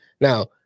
Now